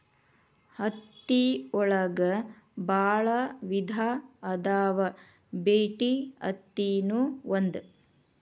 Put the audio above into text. ಹತ್ತಿ ಒಳಗ ಬಾಳ ವಿಧಾ ಅದಾವ ಬಿಟಿ ಅತ್ತಿ ನು ಒಂದ